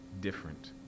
different